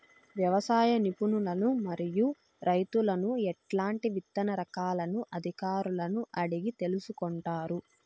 వ్యవసాయ నిపుణులను మరియు రైతులను ఎట్లాంటి విత్తన రకాలను అధికారులను అడిగి తెలుసుకొంటారు?